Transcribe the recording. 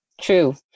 True